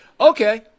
okay